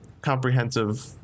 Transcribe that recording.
comprehensive